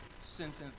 sentence